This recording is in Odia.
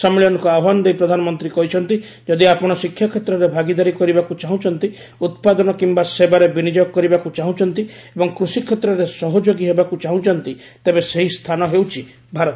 ସମ୍ମିଳନୀକୁ ଆହ୍ୱାନ ଦେଇ ପ୍ରଧାନମନ୍ତ୍ରୀ କହିଛନ୍ତି ଯଦି ଆପଣ ଶିକ୍ଷା କ୍ଷେତ୍ରରେ ଭାଗିଦାରୀ କରିବାକୁ ଚାହୁଁଛନ୍ତି ଉତ୍ପାଦନ କିୟା ସେବାରେ ବିନିଯୋଗ କରିବାକୁ ଚାହୁଁଛନ୍ତି ଏବଂ କୃଷିକ୍ଷେତ୍ରରେ ସହଯୋଗୀ ହେବାକୁ ଚାହୁଁଛନ୍ତି ତେବେ ସେହି ସ୍ଥାନ ହେଉଛି ଭାରତ